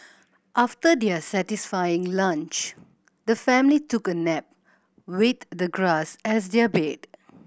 after their satisfying lunch the family took a nap with the grass as their bed